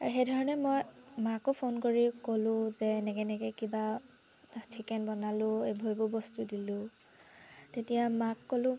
আৰু সেই ধৰণে মই মাকো ফোন কৰি ক'লো যে এনেকৈ এনেকৈ কিবা চিকেন বনালো এইবোৰ এইবোৰ বস্তু দিলো তেতিয়া মাক ক'লো